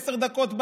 עשר דקות,